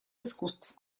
искусств